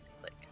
click